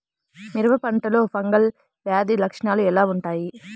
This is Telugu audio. మిరప పంటలో ఫంగల్ వ్యాధి లక్షణాలు ఎలా వుంటాయి?